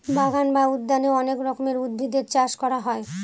বাগান বা উদ্যানে অনেক রকমের উদ্ভিদের চাষ করা হয়